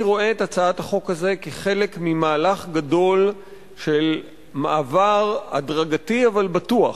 אני רואה את הצעת החוק הזאת כחלק ממהלך גדול של מעבר הדרגתי אבל בטוח